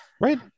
Right